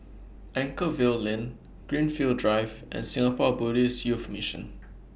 Anchorvale Lane Greenfield Drive and Singapore Buddhist Youth Mission